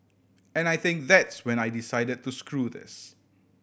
and I think that's when I decided to screw this